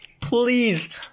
Please –